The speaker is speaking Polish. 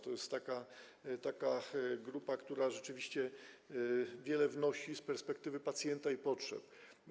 To jest taka grupa, która rzeczywiście wiele wnosi z perspektywy pacjenta i jego potrzeb.